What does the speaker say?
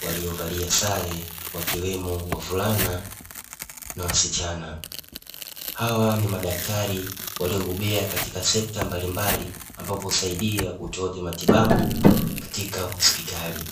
waliovalia sare wakiwemo wavulana na wasichana. Hawa ni madaktari waliobobea katika sekta mbalimbali ambapo husaidia utoaji wa matibabu katika hospitali.